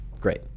great